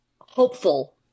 hopeful